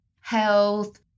health